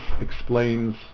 explains